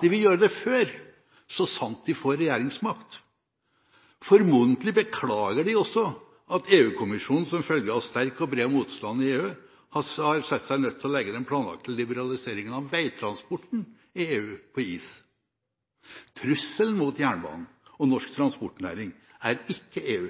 De vil gjøre det før, så sant de får regjeringsmakt. Formodentlig beklager de også at EU-kommisjonen, som følge av sterk og bred motstand i EU, har sett seg nødt til å legge på is den planlagte liberaliseringen av veitransporten i EU. Trusselen mot jernbanen og norsk transportnæring er ikke EU,